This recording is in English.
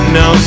no